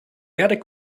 attic